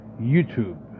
YouTube